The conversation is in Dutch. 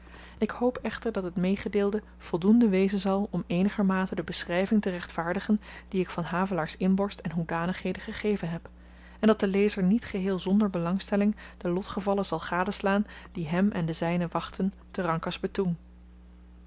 ik hoop echter dat het meegedeelde voldoende wezen zal om eenigermate de beschryving te rechtvaardigen die ik van havelaars inborst en hoedanigheden gegeven heb en dat de lezer niet geheel zonder belangstelling de lotgevallen zal gadeslaan die hem en de zynen wachtten